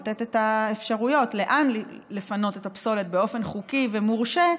לתת את האפשרויות לאן לפנות את הפסולת באופן חוקי ומורשה.